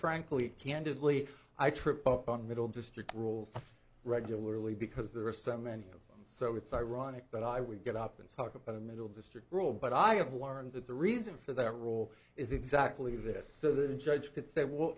frankly candidly i trip up on middle district rules regularly because there are some many so it's ironic that i would get up and talk about a middle district rule but i have learned that the reason for that role is exactly this so that a judge could say w